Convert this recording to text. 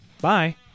Bye